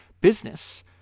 business